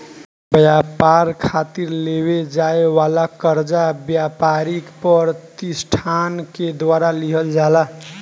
ब्यपार खातिर लेवे जाए वाला कर्जा ब्यपारिक पर तिसठान के द्वारा लिहल जाला